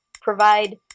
provide